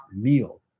meal